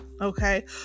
okay